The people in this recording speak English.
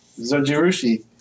Zojirushi